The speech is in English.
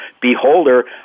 Beholder